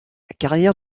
carrière